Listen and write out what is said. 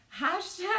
Hashtag